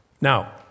Now